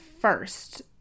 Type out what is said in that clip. first